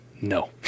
no